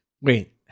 Wait